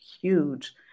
huge